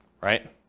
right